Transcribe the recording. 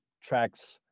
tracks